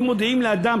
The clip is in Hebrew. אם מודיעים לאדם,